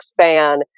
fan